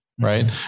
Right